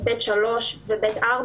ב'3 וב'4,